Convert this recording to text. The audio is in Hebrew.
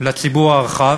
לציבור הרחב.